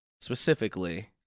Specifically